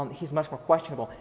um he's much more questionable.